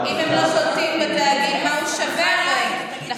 אם הם לא שולטים בתאגיד מה הוא שווה, הרי.